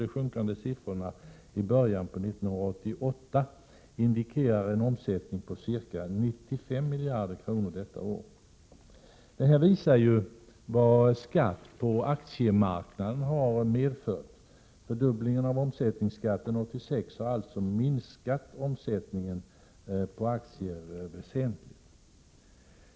De minskande beloppen i början på 1988 indikerar en omsättning på ca 95 miljarder kronor detta år. Detta visar vad skatten på aktiemarknaden har medfört. Fördubblingen av omsättningsskatten 1986 har alltså minskat omsättningen på aktier väsentligt.